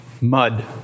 mud